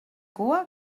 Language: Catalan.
cua